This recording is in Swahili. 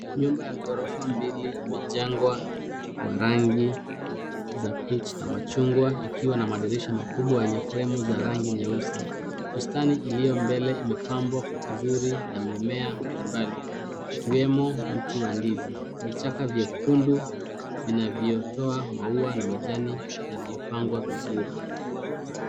Nyumba ya ghorofa mbili imejengwa kwa rangi za peach na machungwa ikiwa na madirisha makubwa yenye fremu za rangi nyeusi. Bustani iliyo mbele imepambwa kwa uzuri na mimea mbalimbali ikiwemo mti wa ndizi. Vichaka vyekundu vinavyotoa maua na majani yaliyopangwa vizuri.